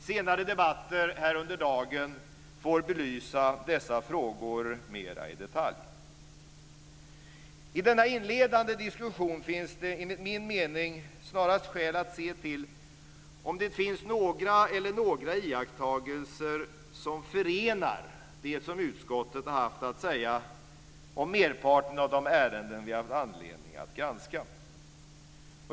Senare debatter under dagen får belysa dessa frågor mera i detalj. I denna inledande diskussion finns det enligt min mening snarast skäl att se till om det finns någon eller några iakttagelser som förenar det som utskottet har haft att säga om merparten av de ärenden vi har haft anledning att granska.